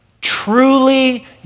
truly